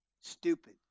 Stupid